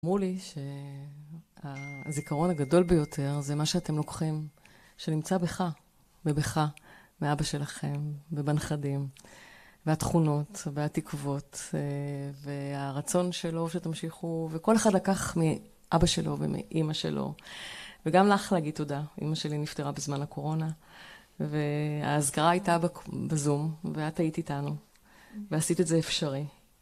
אמרו לי שהזיכרון הגדול ביותר זה מה שאתם לוקחים, שנמצא בך, ובך, מאבא שלכם, ובנכדים, והתכונות, והתקוות, והרצון שלו שתמשיכו, וכל אחד לקח מאבא שלו ומאימא שלו. וגם לך להגיד תודה, אימא שלי נפטרה בזמן הקורונה, והאזכרה הייתה בזום, ואת היית איתנו, ועשית את זה אפשרי.